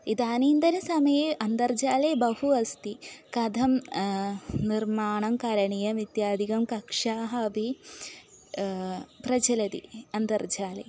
इदानीन्तनसमये अन्तर्जाले बहु अस्ति कथं निर्माणं करणीयम् इत्यादिकं कक्ष्याः अपि प्रचलति अन्तर्जाले